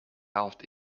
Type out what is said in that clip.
out